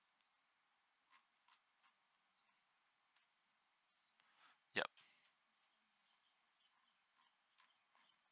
yup